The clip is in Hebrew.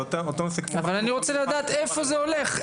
זה אותו --- אבל אני רוצה לדעת לאיפה זה הולך.